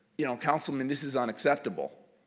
you know councilman this is unacceptable.